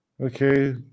Okay